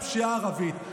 הפשיעה הערבית.